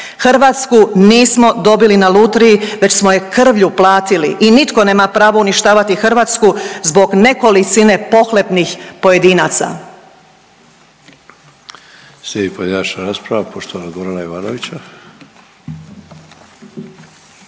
Hrvatsku nismo dobili na lutriji već smo je krvlju platili i nitko nema pravo uništavati Hrvatsku zbog nekolicine pohlepnih pojedinaca.